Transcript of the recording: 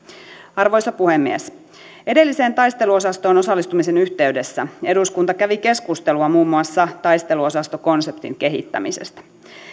arvoisa puhemies edelliseen taisteluosastoon osallistumisen yhteydessä eduskunta kävi keskustelua muun muassa taisteluosastokonseptin kehittämisestä